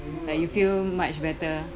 like you feel much better